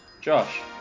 Josh